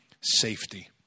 safety